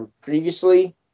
previously